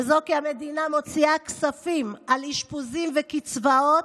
וזאת כי המדינה מוציאה כספים על אשפוזים וקצבאות,